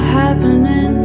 happening